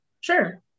Sure